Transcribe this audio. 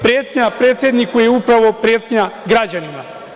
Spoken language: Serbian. Pretnja predsedniku je upravo pretnja građanima.